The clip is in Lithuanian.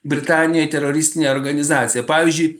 britanijoj teroristine organizacija pavyzdžiui